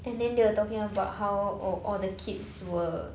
and then they were talking about how oh all are the kids were